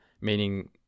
meaning